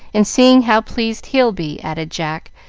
and seeing how pleased he'll be, added jack,